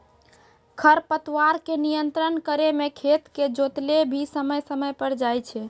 खरपतवार के नियंत्रण करै मे खेत के जोतैलो भी समय समय पर जाय छै